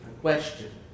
question